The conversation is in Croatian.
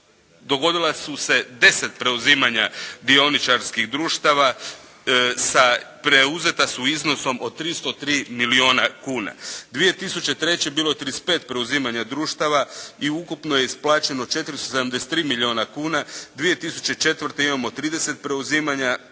dogodila su se deset preuzimanja dioničkih društava. Preuzeta su sa iznosom od 303 milijuna kuna. 2003. bilo je trideset i pet preuzimanja društava i ukupno je isplaćeno 473 milijuna kuna. 2004. imamo trideset preuzimanja,